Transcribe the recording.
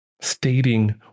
stating